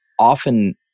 often